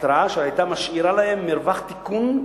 התרעה אשר היתה משאירה להם מרווח תיקון,